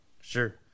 Sure